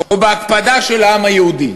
או בהקפדה של העם היהודי.